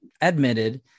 admitted